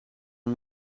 een